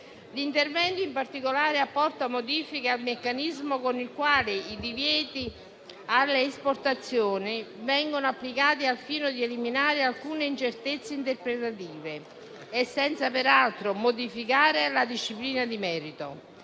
l'intervento apporta modifiche al meccanismo con il quale i divieti alle esportazioni vengono applicati, al fine di eliminare alcune incertezze interpretative e senza peraltro modificare la disciplina di merito.